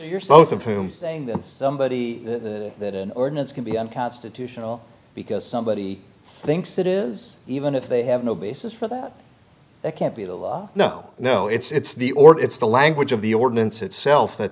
your south of whom saying that somebody that an ordinance can be unconstitutional because somebody thinks it is even if they have no basis for that it can't be the law no no it's the or it's the language of the ordinance itself that